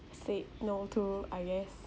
said no too I guess